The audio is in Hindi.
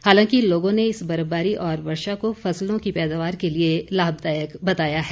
हालांकि लोगों ने इस बर्फबारी और वर्षा को फसलों की पैदावार के लिए लाभदायक बताया है